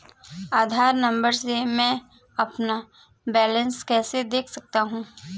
आधार number से मैं अपना बैलेंस कैसे देख सकता हूँ?